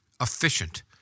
efficient